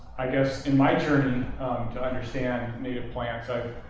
i guess in my journey and to understand native plants, i've